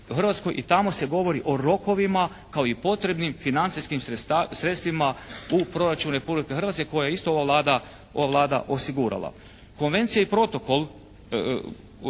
Hrvatskoj i tamo se govori o rokovima kao i potrebnim financijskim sredstvima u proračun Republike Hrvatske koje je isto ova Vlada, ova Vlada